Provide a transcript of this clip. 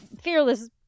fearless